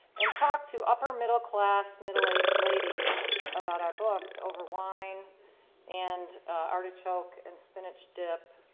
and talk to upper middle class, middle aged ladies about our books over wine and artichoke and spinach dip.